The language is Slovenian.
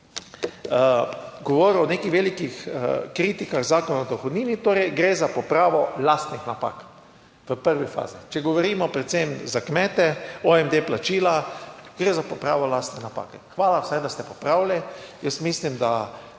govoril o nekih velikih kritikah Zakona o dohodnini, torej gre za popravo lastnih napak v prvi fazi. Če govorimo predvsem za kmete, OMD plačila, gre za popravo lastne napake. Hvala vsem, da ste popravili. Jaz mislim, da